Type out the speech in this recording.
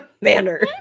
manner